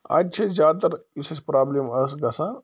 اَتہِ چھِ اسہِ زیادٕ تَر یُس اسہِ پرٛابلِم ٲس گژھان